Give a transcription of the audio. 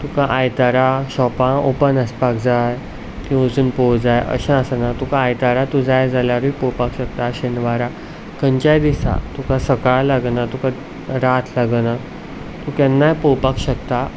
तुका आयतारा शॉपां ऑपन आसपाक जाय तीं वचून पोवूं जाय अशें आसना तुका आयतारा तूं जाय जाल्यरूय पोवपाक शकता शेनवाराक खंयच्याय दिसा तुका सकाळ लागना तुका रात लागना तूं केन्नाय पोवपाक शकता